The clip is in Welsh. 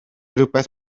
rywbeth